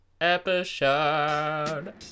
episode